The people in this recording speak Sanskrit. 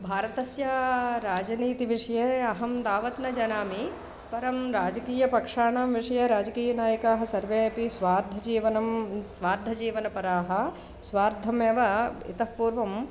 भारतस्या राजनीतिविषये अहं तावत् न जनामि परं पारजकीयपक्षाणां विषये राजकीयनायकाः सर्वे अपि स्वार्थजीवनं स्वार्थजीवनपराः स्वार्थम् एव इतः पूर्वं